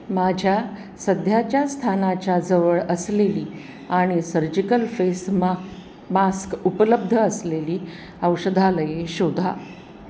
माझ्या सध्याच्या स्थानाच्या जवळ असलेली आणि सर्जिकल फेस मा मास्क उपलब्ध असलेली औषधालये शोधा